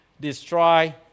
destroy